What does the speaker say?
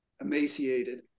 emaciated